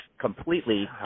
completely